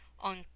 On